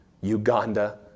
Uganda